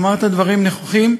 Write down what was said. אמרת דברים נכוחים,